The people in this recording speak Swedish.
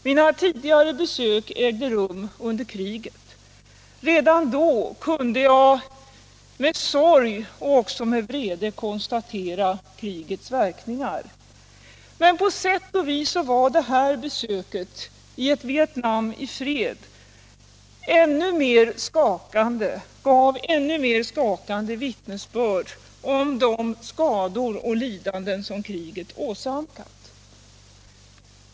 Mina tidigare besök där hade ägt rum under krig. Redan då hade jag med sorg och även med vrede kunnat konstatera krigets verkningar. På sätt och vis var det här besöket i ett Vietnam i fred ännu mer skakande och gav ännu mer upprörande vittnesbörd om de skador och de lidanden som kriget åsamkat Vietnam.